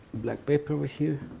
black pepper here,